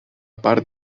part